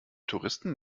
touristen